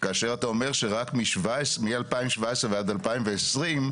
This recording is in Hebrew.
כאשר אתה אומר שרק מ-2017 ועד 2020,